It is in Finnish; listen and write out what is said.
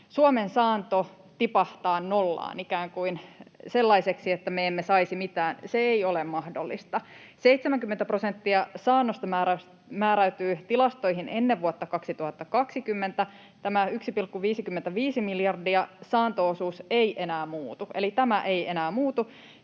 Suomen saanto tipahtaa nollaan, ikään kuin sellaiseksi, että me emme saisi mitään. Se ei ole mahdollista. 70 prosenttia saannosta määräytyi tilastoihin ennen vuotta 2020, tämä 1,55 miljardia — saanto-osuus ei enää muutu. Eli tämä ei enää muutu,